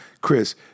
Chris